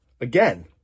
again